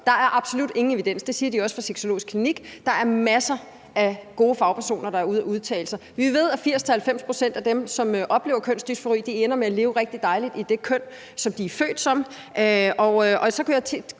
Der er absolut ingen evidens, det siger de også på den sexologiske klinik. Der er masser af gode fagpersoner, der er ude at udtale sig. Vi ved, at 80-90 pct. af dem, som oplever kønsdysfori, ender med at leve rigtig dejligt i det køn, som de er født med.